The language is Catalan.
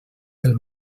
pel